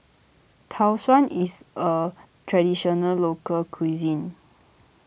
Tau Suan is a Traditional Local Cuisine